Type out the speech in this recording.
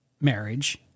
marriage